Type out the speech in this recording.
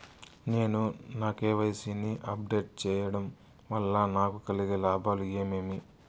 నేను నా కె.వై.సి ని అప్ డేట్ సేయడం వల్ల నాకు కలిగే లాభాలు ఏమేమీ?